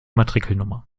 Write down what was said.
matrikelnummer